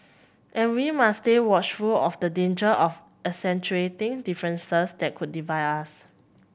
and we must stay watchful of the danger of accentuating differences that could divide us